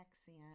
accent